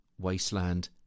Wasteland